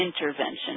intervention